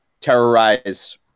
terrorize